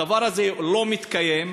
הדבר הזה לא מתקיים,